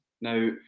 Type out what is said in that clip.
Now